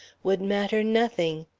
would matter nothing.